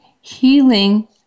healing